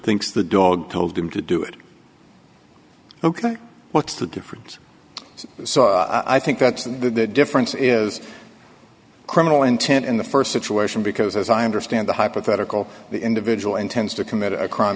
thinks the dog told him to do it ok what's the difference so i think that's the difference is criminal intent in the st situation because as i understand the hypothetical the individual intends to commit a crime